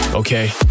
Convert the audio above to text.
Okay